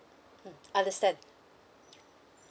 mm understand